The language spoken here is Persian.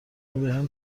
بهم